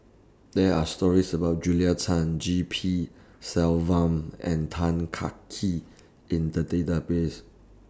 There Are stories about Julia Tan G P Selvam and Tan Kah Kee in The Database